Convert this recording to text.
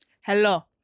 hello